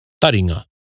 Taringa